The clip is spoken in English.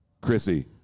Chrissy